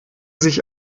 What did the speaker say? sich